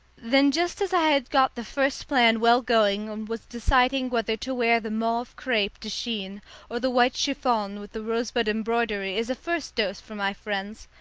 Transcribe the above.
then just as i had got the first plan well going and was deciding whether to wear the mauve crepe de chine or the white chiffon with the rosebud embroidery as a first dose for my friends,